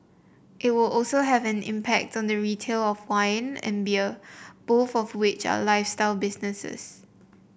it will also have an impact on the retail of wine and beer both of which are lifestyle businesses